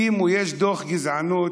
יש דוח גזענות,